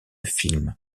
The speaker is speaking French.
films